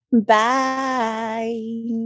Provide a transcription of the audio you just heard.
bye